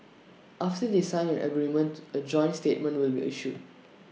after they sign an agreement A joint statement will be issued